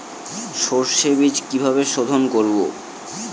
সর্ষে বিজ কিভাবে সোধোন করব?